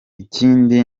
ikindi